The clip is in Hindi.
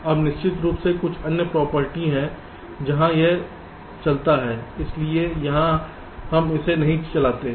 अब निश्चित रूप से कुछ अन्य प्रॉपर्टी है जहां यह चलता है इसलिए यहां हम इसे नहीं चाहते हैं